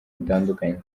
butandukanye